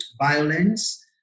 violence